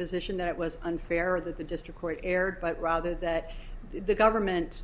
position that it was unfair or that the district court erred but rather that the government